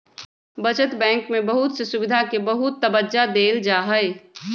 बचत बैंक में बहुत से सुविधा के बहुत तबज्जा देयल जाहई